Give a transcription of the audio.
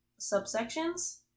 subsections